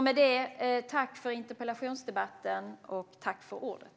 Med det tackar jag för interpellationsdebatten och för ordet.